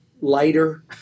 lighter